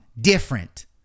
different